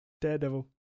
Daredevil